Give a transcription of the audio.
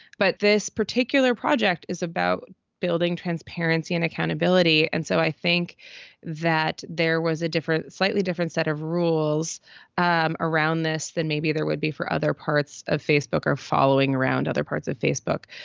but this particular project is about building transparency and accountability. and so i think that there was a different, slightly different set of rules um around this than maybe there would be for other parts of facebook are following around other parts of facebook.